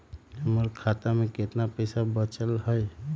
हमर खाता में केतना पैसा बचल हई?